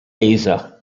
asa